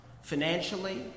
financially